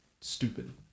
stupid